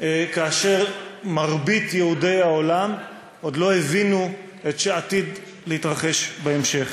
כאשר מרבית יהודי העולם עוד לא הבינו את שעתיד להתרחש בהמשך: